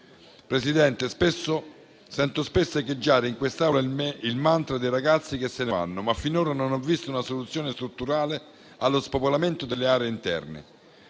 Presidente, sento spesso echeggiare in quest'Aula il mantra dei ragazzi che se ne vanno, ma finora non ho visto una soluzione strutturale allo spopolamento delle aree interne.